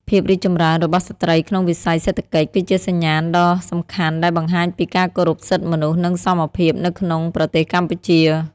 ភាពរីកចម្រើនរបស់ស្ត្រីក្នុងវិស័យសេដ្ឋកិច្ច គឺជាសញ្ញាណដ៏សំខាន់ដែលបង្ហាញពីការគោរពសិទ្ធិមនុស្ស និងសមភាពនៅក្នុងប្រទេសកម្ពុជា។